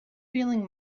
feeling